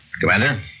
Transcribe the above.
Commander